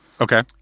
Okay